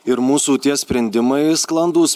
ir mūsų tie sprendimai sklandūs